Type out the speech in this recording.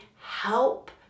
help